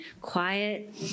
Quiet